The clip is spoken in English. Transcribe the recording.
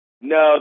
No